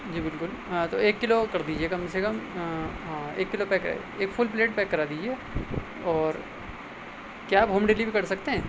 جی بالکل ہاں تو ایک کلو کر دیجیے گا کم سے کم ہاں ایک کلو پیک کر ایک فل پلیٹ پیک کرا دیجیے اور کیا آپ ہوم ڈلیوری کر سکتے ہیں